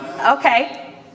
Okay